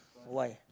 why